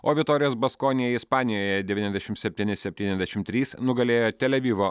o viktorijos baskoni ispanijoje devyniasdešimt septyni septyniasdešimt trys nugalėjo tel avivo